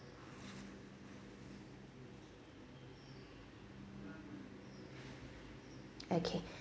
okay